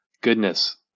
goodness